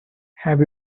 have